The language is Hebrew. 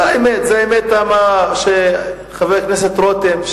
זאת האמת, חבר הכנסת רותם.